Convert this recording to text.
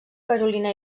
carolina